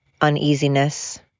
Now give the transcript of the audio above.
uneasiness